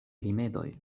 rimedoj